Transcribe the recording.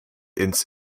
ins